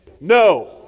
No